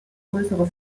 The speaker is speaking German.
größere